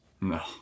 no